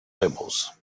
labels